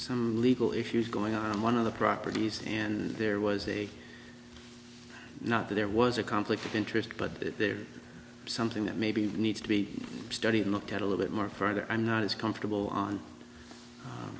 some legal issues going on one of the properties and there was a not that there was a conflict of interest but if there is something that maybe needs to be studied and looked at a little bit more further i'm not as comfortable on